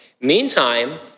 Meantime